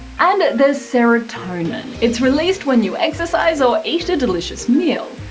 and there's serotonin it's released when you exercise or eat a delicious meal.